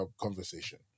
conversation